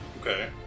Okay